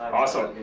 awesome.